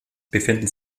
befinden